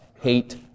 hate